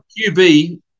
QB